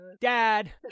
Dad